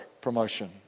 promotion